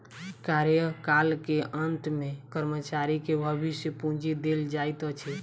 कार्यकाल के अंत में कर्मचारी के भविष्य पूंजी देल जाइत अछि